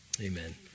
Amen